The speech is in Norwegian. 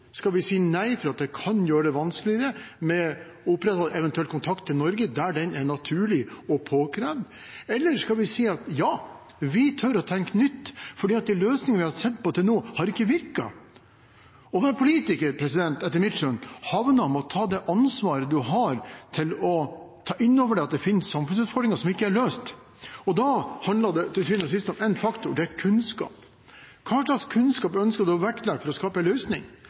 Skal vi si nei fordi det kan gjøre det vanskeligere å opprettholde eventuell kontakt til Norge der den er naturlig og påkrevd? Eller skal vi si at ja, vi tør å tenke nytt, fordi de løsningene vi har sett på til nå, ikke har virket? Når politikere – etter mitt skjønn – ender opp med å ta det ansvaret man har til å ta inn over seg at det finnes samfunnsutfordringer som ikke er løst, handler det til syvende og sist om én faktor, og det er kunnskap. Hva slags kunnskap ønsker man å vektlegge for å skape en løsning?